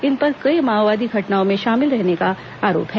इन पर कई माओवादी घटनाओं में शामिल रहने का आरोप है